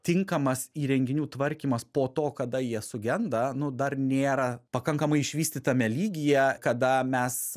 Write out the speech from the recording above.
tinkamas įrenginių tvarkymas po to kada jie sugenda nu dar nėra pakankamai išvystytame lygyje kada mes